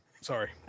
Sorry